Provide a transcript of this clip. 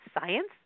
science